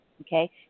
Okay